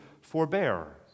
forbear